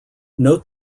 note